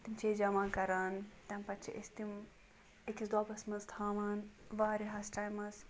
تِم چھِ أسۍ جمع کَران تَمہِ پَتہٕ چھِ أسۍ تِم أکِس دۄبَس منٛز تھاوان واریاہَس ٹایمَس